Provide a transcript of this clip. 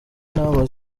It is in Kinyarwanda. inama